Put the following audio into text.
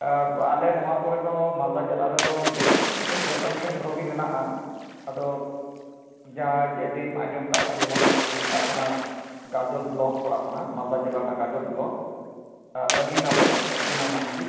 ᱟᱞᱮ ᱱᱚᱣᱟ ᱠᱚᱨᱮ ᱫᱚ ᱢᱟᱞᱫᱟ ᱡᱮᱞᱟ ᱨᱮᱫᱚ ᱵᱮᱥ ᱠᱤᱪᱷᱩ ᱯᱚᱨᱡᱚᱴᱚᱱ ᱠᱮᱱᱫᱨᱚ ᱜᱮ ᱢᱮᱱᱟᱜᱼᱟ ᱟᱫᱚ ᱡᱟᱦᱟᱸ ᱡᱩᱫᱤᱢ ᱟᱸᱡᱚᱢ ᱠᱟᱜ ᱠᱷᱟᱡ ᱡᱮᱢᱚᱱ ᱢᱤᱫᱴᱮᱡ ᱠᱩ ᱢᱮᱛᱟᱜ ᱠᱟᱱᱟ ᱜᱟᱡᱚᱞ ᱵᱞᱚᱠ ᱯᱟᱲᱟᱣᱚᱜ ᱠᱟᱱᱟ ᱢᱟᱞᱫᱟ ᱡᱮᱞᱟ ᱨᱮᱱᱟᱜ ᱜᱟᱡᱚᱞ ᱵᱞᱚᱠ ᱟᱹᱫᱤᱱᱟ ᱵᱚᱞᱮ ᱟᱹᱫᱤᱱᱟ ᱢᱚᱥᱡᱤᱫ